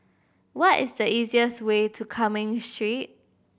what is the easiest way to Cumming Street